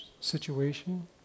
situation